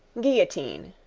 guillotine,